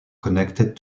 connected